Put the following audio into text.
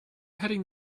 heading